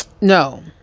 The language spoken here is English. no